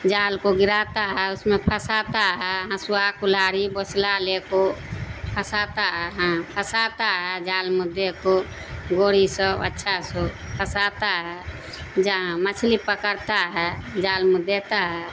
جال کو گراتا ہے اس میں پھنساتا ہے ہنسوا کلہاڑی بوسلا لے کو پھنساتا ہے ہاں پھنساتا ہے جال میں دے کو گوری سب اچھا سو پھنساتا ہے جہاں مچھلی پکڑتا ہے جال میں دیتا ہے